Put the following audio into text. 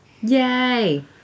Yay